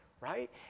right